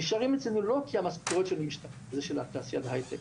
נשארים אצלנו לא כי המשכורות שלנו משתוות לאלו של תעשיית ההייטק,